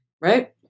right